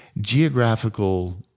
geographical